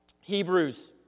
Hebrews